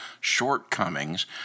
shortcomings